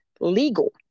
legal